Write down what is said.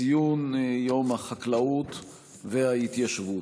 ציון יום החקלאות וההתיישבות,